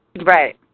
Right